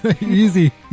Easy